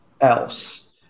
else